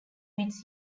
its